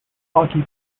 hockey